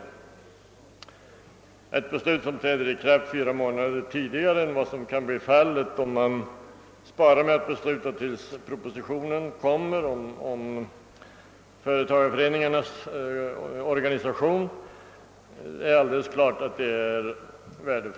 Det är alldeles klart att det är vär defullare om beslutet träder i kraft fyra månader tidigare än vad som kan bli fallet om man väntar med att fatta beslut tills propositionen om företagareföreningarnas organisation kommer.